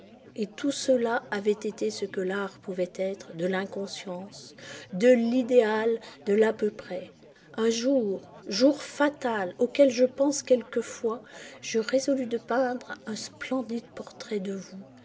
et tout cela avait été ce que l'art pouvait être de l'inconscience de l'idéal de l'à peu près un jour jour fatal auquel je pense quelquefois je résolus de peindre un splendide portrait de vous